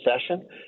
session